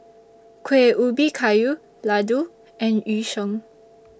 Kueh Ubi Kayu Laddu and Yu Sheng